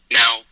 now